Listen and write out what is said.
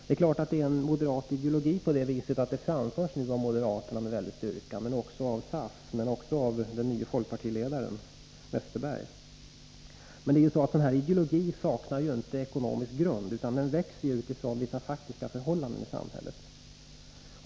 Det är klart att det är fråga om en moderat ideologi på det sättet att den framförs med väldig styrka av moderaterna. Men den framförs också av SAF och av den nye folkpartiledaren Westerberg. Men en sådan här ideologi saknar ju inte ekonomisk grund; den växer utifrån vissa faktiska förhållanden i samhället.